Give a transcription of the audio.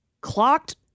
clocked